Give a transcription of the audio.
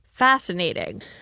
fascinating